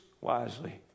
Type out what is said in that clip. wisely